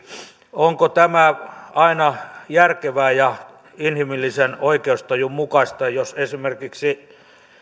onko tämä aina järkevää ja inhimillisen oikeustajun mukaista jos esimerkiksi